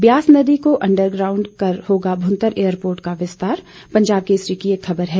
ब्यास नदी को अंडरग्राऊड कर होगा भूंतर एयरपोर्ट का विस्तार पंजाब केसरी की एक खबर है